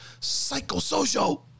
psychosocial